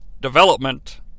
development